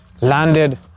landed